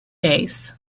days